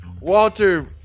Walter